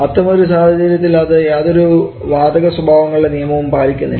അത്തരമൊരു സാഹചര്യത്തിൽ അത് യാതൊരു വാതക സ്വഭാവങ്ങളുടെ നിയമവും പാലിക്കുന്നില്ല